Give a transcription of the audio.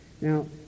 Now